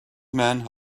men